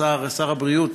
שר הבריאות,